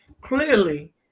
clearly